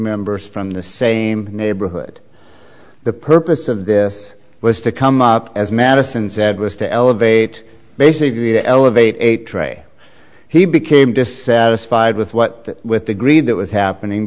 members from the same neighborhood the purpose of this was to come up as madison said was to elevate basically to elevate a tray he became dissatisfied with what with the greed that was happening